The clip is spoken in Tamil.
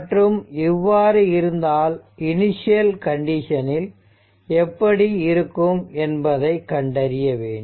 மற்றும் இவ்வாறு இருந்தால் இனிஷியல் கண்டிஷனில் எப்படி இருக்கும் என்பதை கண்டறிய வேண்டும்